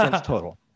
total